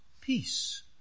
peace